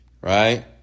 right